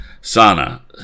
Sana